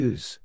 Use